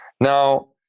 Now